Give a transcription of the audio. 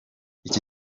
iki